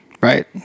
Right